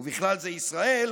ובכלל זה ישראל,